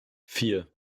vier